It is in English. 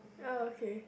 ya okay